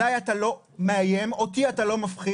עליי אתה לא מאיים, אותי אתה לא מפחיד.